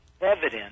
evidence